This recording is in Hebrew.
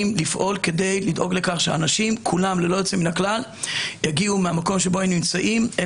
לפעול כדי לדאוג לכך שכל האנשים יגיעו מהמקום שבו הם נמצאים אל